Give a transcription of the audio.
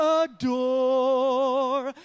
adore